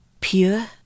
pure